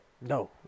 No